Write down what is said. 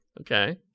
Okay